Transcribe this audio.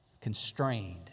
Constrained